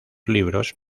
libros